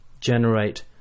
generate